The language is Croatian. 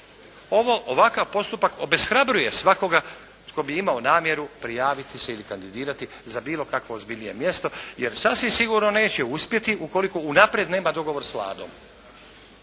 Ovo, ovakav postupak obeshrabruje svakoga tko bi imao namjeru prijaviti se ili kandidirati za bilo kakvo ozbiljnije mjesto jer sasvim sigurno neće uspjeti ukoliko unaprijed nema dogovor s Vladom.